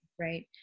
right